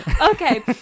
Okay